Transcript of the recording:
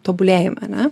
tobulėjam a ne